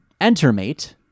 Entermate